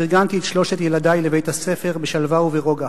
ארגנתי את שלושת ילדי לבית-הספר בשלווה וברוגע.